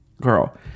Girl